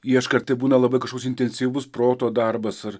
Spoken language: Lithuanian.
ieškai ar tai būna labai kažkoks intensyvus proto darbas ar